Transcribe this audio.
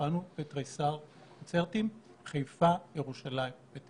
אי-אפשר לסגור את ההפגנות, יוליה, את